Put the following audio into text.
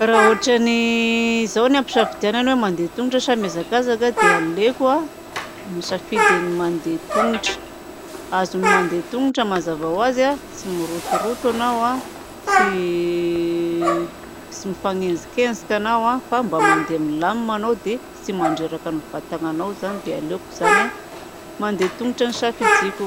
Raha ohatran'izaho no ampisafidianina hoe mandeha tongotra sa mihazakazaka dia aleoko misafidy ny mandeha tongotra. Azony mandeha tongotra mazava ho azy tsy mirotoroto ianao tsy mifanenjikenjika ianao fa mba mandeha milamindamina anao dia tsy mandreraka ny vatana anao zany. Dia aleoko zany mandeha tongotra no safidiko.